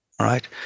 right